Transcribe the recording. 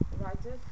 writers